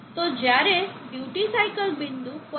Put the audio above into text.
તો જ્યારે duty cycle બિંદુ 0